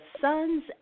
Sons